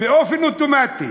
באופן אוטומטי